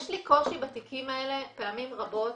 יש לי קושי בתיקים האלה פעמים רבות.